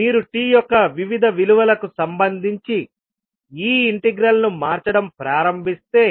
మీరు t యొక్క వివిధ విలువలకు సంబంధించి ఈ ఇంటెగ్రల్ ను మార్చడం ప్రారంభిస్తే